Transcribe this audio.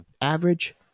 average